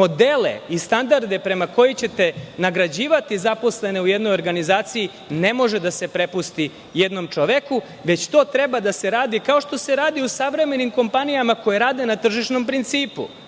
modele i standarde prema kojima ćete nagrađivati zaposlene u jednoj organizaciji ne može da se prepusti jednom čoveku, već to treba da se radi kao što se radi u savremenim kompanijama, koje rade na tržišnom principu. Znači,